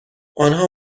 آنها